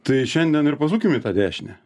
tai šiandien ir pasukim į tą dešinę